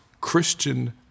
Christian